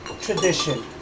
tradition